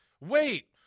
wait